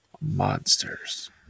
monsters